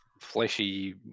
fleshy